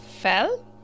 Fell